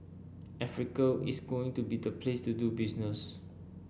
Africa is going to be the place to do business